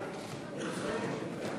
לשנת התקציב 2016,